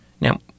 Now